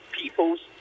people's